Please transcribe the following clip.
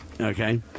okay